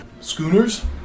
schooners